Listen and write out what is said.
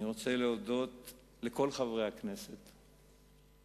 אני רוצה להודות לכל חברי הכנסת לדורותיהם.